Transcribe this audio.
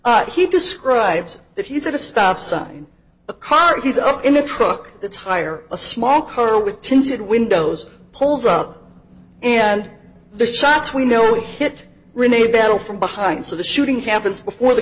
he described that he said a stop sign a car he's up in a truck tire a small car with tinted windows pulls up and the shots we know hit renee battle from behind so the shooting happens before the